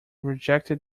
rejected